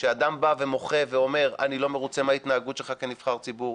כשאדם בא ומוחה ואומר: אני לא מרוצה מההתנהגות שלך כנבחר ציבור,